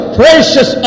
precious